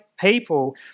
people